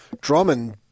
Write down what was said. Drummond